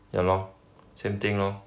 ya lor same thing lor